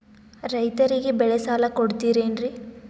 ರೈತರಿಗೆ ಬೆಳೆ ಸಾಲ ಕೊಡ್ತಿರೇನ್ರಿ?